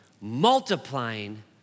multiplying